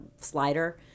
slider